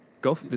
Go